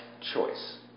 choice